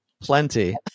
Plenty